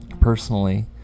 personally